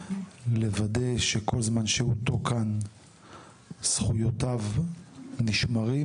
לוודא שכל הזמן שהותו כאן זכויותיו נשמרות,